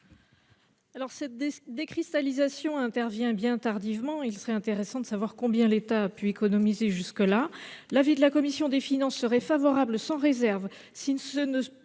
? Cette décristallisation intervient bien tardivement. Il serait intéressant de savoir combien l'État a pu économiser jusqu'à présent. L'avis de la commission des finances serait favorable sans réserve si la